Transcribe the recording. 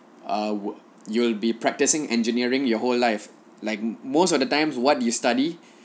uh you'll be practicing engineering your whole life like most of the times what you study